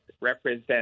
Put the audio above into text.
represent